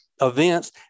events